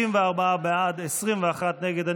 54 בעד, 21 נגד.